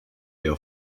your